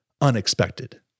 unexpected